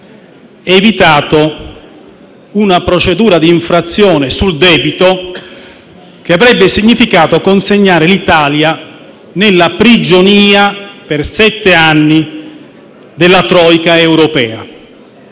evitato una procedura d'infrazione sul debito che avrebbe significato consegnare l'Italia nella prigionia per sette anni della Troika europea.